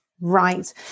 right